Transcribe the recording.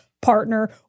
partner